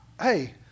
hey